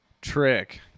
Trick